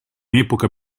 epoca